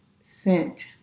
sent